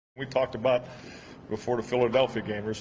we talked about before the philadelphia game